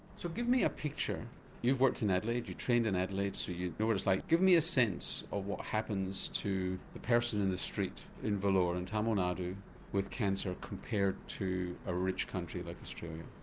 so give me a picture you've worked in adelaide, you've trained in adelaide so you know what it's like. give me a sense of what happens to the person in the street in vellore in tamil nadu with cancer compared to a rich country like australia.